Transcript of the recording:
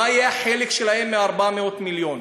מה יהיה החלק שלהם מה-400 מיליון?